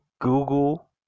Google